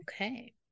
Okay